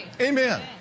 Amen